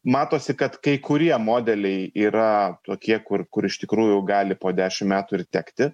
matosi kad kai kurie modeliai yra tokie kur kur iš tikrųjų gali po dešim metų ir tekti